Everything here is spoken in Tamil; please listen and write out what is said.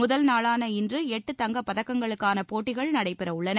முதல் நாளான இன்று எட்டு தங்கப் பதக்கங்களுக்கான போட்டிகள் நடைபெறவுள்ளன